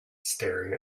staring